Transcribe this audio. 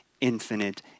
infinite